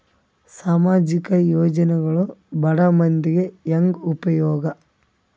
ಸಾಮಾಜಿಕ ಯೋಜನೆಗಳು ಬಡ ಮಂದಿಗೆ ಹೆಂಗ್ ಉಪಯೋಗ?